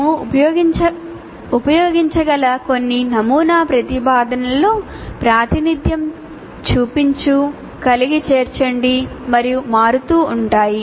మేము ఉపయోగించగల కొన్ని నమూనా ప్రతిపాదనలలో ప్రాతినిధ్యం చూపించు కలిగి చేర్చండి మరియు మారుతూ ఉంటాయి